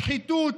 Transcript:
שחיתות,